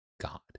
God